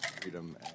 freedom